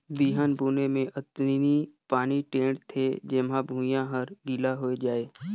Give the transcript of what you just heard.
बिहन बुने मे अतनी पानी टेंड़ थें जेम्हा भुइयां हर गिला होए जाये